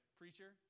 preacher